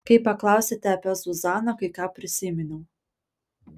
kai paklausėte apie zuzaną kai ką prisiminiau